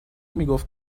میگفت